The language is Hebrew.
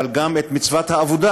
אבל גם את מצוות העבודה,